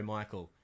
Michael